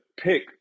pick